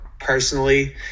Personally